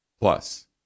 Plus